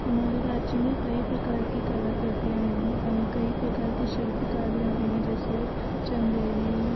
हमारे राज्य में कई प्रकार की कलाकृतियाँ हैं कई प्रकार की शिल्पकारियाँ भी हैं जैसे चंदेरी